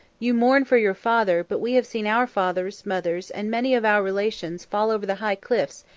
you mourn for your father but we have seen our fathers, mothers, and many of our relations fall over the high cliffs,